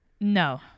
No